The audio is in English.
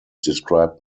described